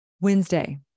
Wednesday